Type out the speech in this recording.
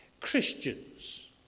Christians